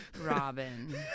Robin